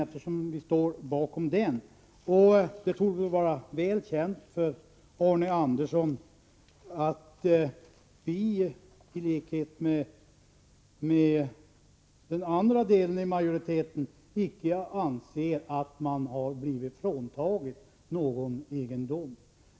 Det torde också vara väl känt för Arne Andersson i Ljung att vi i likhet med de övriga som tillhör majoriteten icke anser att någon har blivit fråntagen sin egendom.